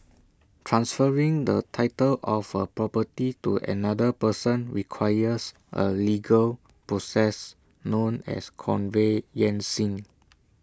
transferring the title of A property to another person requires A legal process known as conveyancing